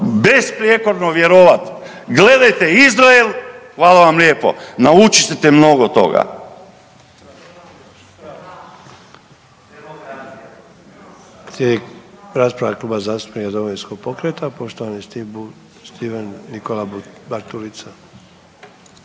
besprijekorno vjerovati. Gledajte Izrael. Hvala vam lijepo. Naučit ćete mnogo toga.